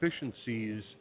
efficiencies